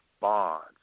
bonds